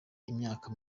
imyaka